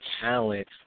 talent